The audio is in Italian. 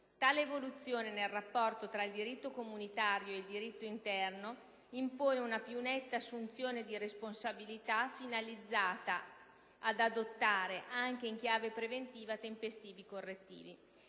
Tale evoluzione nel rapporto tra il diritto comunitario e quello interno impone una più netta assunzione di responsabilità, finalizzata ad adottare - anche in chiave preventiva - tempestivi correttivi.